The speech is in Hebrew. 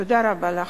תודה רבה לכם.